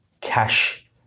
cash